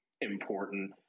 important